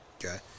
Okay